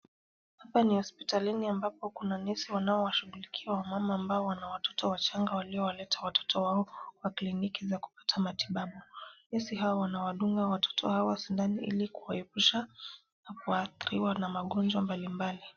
Hapa ni hospitalini ambapo kuna nesi anayewashughulikia wamama, ambao wana watoto wachanga waliowaleta watoto wao kwa kliniki za kupata matibabu. Nesi hawa wanawadunga watoto hawa sindano ili kuwaepusha na kuadhiriwa na magonjwa mbali mbali.